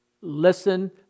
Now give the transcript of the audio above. Listen